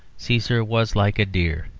caesar was like a deer.